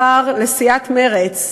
חבר היום לסיעת מרצ,